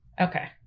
Okay